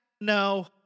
No